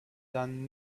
then